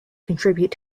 contribute